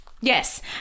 Yes